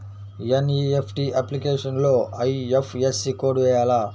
NEFT అప్లికేషన్లో IFSC code వేయాలా?